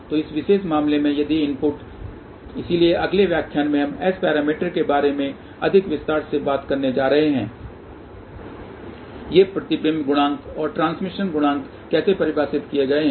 तो इस विशेष मामले में यदि इनपुट इसलिए अगले व्याख्यान में हम S पैरामीटर के बारे में अधिक विस्तार से बात करने जा रहे हैं ये प्रतिबिंब गुणांक और ट्रांसमिशन गुणांक कैसे परिभाषित किए गए हैं